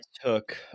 took